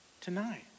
tonight